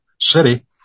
city